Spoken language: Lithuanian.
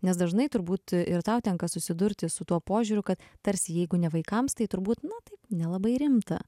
nes dažnai turbūt ir tau tenka susidurti su tuo požiūriu kad tarsi jeigu ne vaikams tai turbūt na taip nelabai rimta